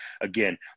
again